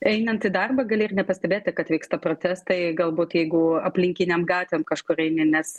einant į darbą gali ir nepastebėti kad vyksta protestai galbūt jeigu aplinkinėm gatvėm kažkur eini nes